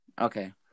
Okay